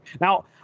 Now